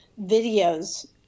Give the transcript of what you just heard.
videos